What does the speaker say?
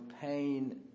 pain